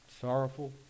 sorrowful